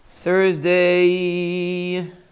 Thursday